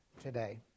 today